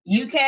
UK